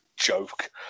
joke